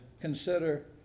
consider